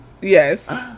Yes